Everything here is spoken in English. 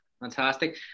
fantastic